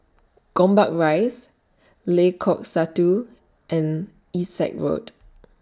Gombak Rise Lengkok Satu and Essex Road